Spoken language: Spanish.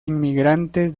inmigrantes